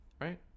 right